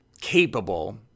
capable